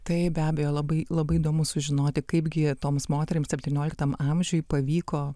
tai be abejo labai labai įdomu sužinoti kaipgi toms moterims septynioliktam amžiui pavyko